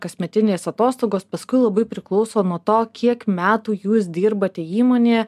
kasmetinės atostogos paskui labai priklauso nuo to kiek metų jūs dirbate įmonėje